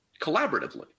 collaboratively